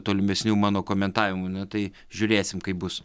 tolimesnių mano komentavimų na tai žiūrėsim kaip bus